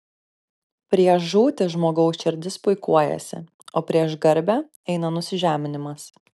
prieš žūtį žmogaus širdis puikuojasi o prieš garbę eina nusižeminimas